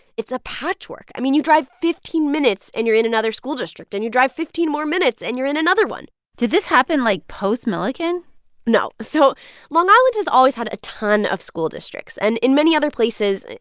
it's a patchwork. i mean, you drive fifteen minutes, and you're in another school district, and you drive fifteen more minutes, and you're in another one did this happen, like, post milliken? no. so long island has always had a ton of school districts. and in many other places,